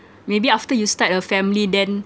maybe after you start a family then